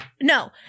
no